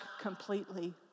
completely